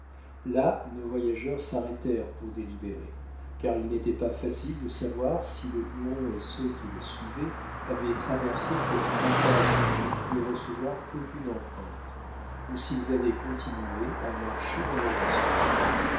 là nos voyageurs s'arrêtèrent pour délibérer car il n'était pas facile de savoir si le huron et ceux qui le suivaient avaient traversé cette montagne qui ne pouvait recevoir aucune empreinte ou s'ils avaient continué à marcher dans le ruisseau